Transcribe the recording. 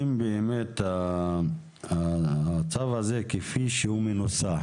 אם באמת הצו הזה כפי שהוא מנוסח